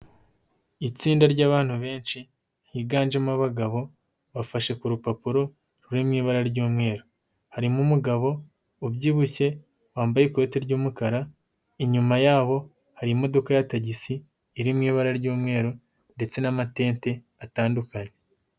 Itsinda ry'abantu benshi, higanjemo abagabo bafashe ku rupapuro ruri mu ibara ry'umweru, harimo umugabo ubyibushye wambaye ikoti ry'umukara, inyuma yabo hari imodoka ya tagisi iri mu ibara ry'umweru ndetse n'amatente atandukanye.